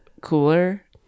cooler